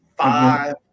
Five